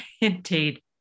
indeed